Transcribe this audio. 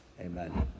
amen